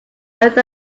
earth